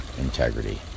integrity